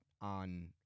on